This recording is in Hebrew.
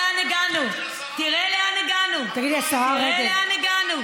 אצלך ולא אצל העיתונאי הזה והאחר.